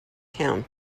town